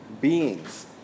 beings